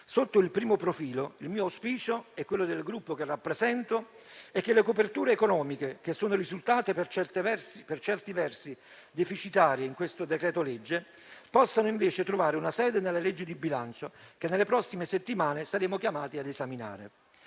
Sotto il primo profilo, il mio auspicio e quello del Gruppo che rappresento è che le coperture economiche, che son risultate per certi versi deficitarie in questo decreto-legge, possano invece trovare una sede nella legge di bilancio che nelle prossime settimane saremo chiamati ad esaminare.